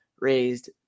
raised